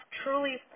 truly